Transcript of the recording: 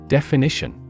Definition